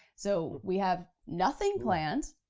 so, we have nothing planned